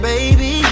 Baby